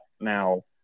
now